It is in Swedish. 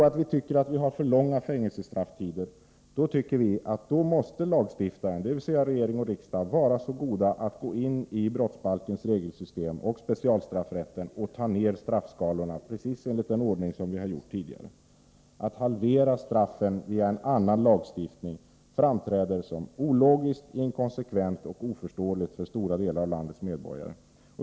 Tycker vi att fängelsestrafftiderna är för långa, måste lagstiftarna, dvs. regering och riksdag, vara så goda att gå in i brottsbalkens och specialstraffrättens regelsystem och justera ner straffskalorna precis enligt den ordning som vi har gjort tidigare. Att halvera straffen via en annan lagstiftning framträder som ologiskt, inkonsekvent och oförståeligt för stora delar av landets medborgare.